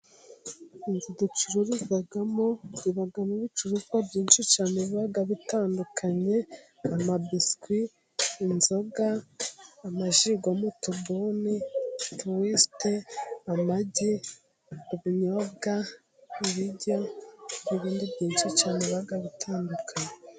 Inzu ducururizamo zibamo ibicuruzwa byinshi cyane biba bitandukanye amabiswi, inzoga amaji yo mu tubuni, tuwisite, amagi, ubunyobwa, ibiryo n'bindi byinshi cyane bigiye bitandukana.